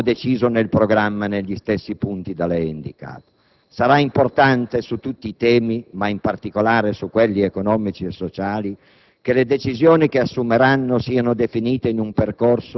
del lavoro, così come deciso nel programma e negli stessi punti da lei indicati. Sarà importante su tutti i temi, ma in particolare su quelli economici e sociali